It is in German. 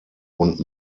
und